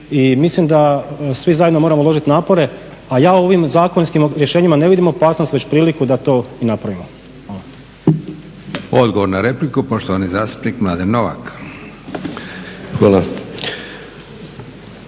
mislim da svi zajedno moramo uložiti napore. A ja u ovim zakonskim rješenjima ne vidim opasnost već priliku da to i napravimo.